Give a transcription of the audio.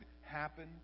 happen